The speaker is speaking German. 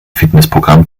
fitnessprogramm